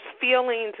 feelings